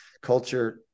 culture